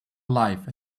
life